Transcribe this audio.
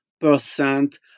percent